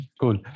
cool